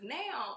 now